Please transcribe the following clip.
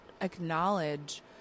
acknowledge